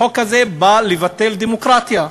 החוק הזה בא לבטל דמוקרטיה.